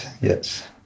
yes